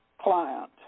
client